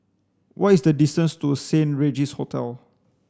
what is the distance to Saint Regis Hotel